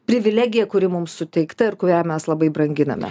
privilegija kuri mums suteikta ir kurią mes labai branginame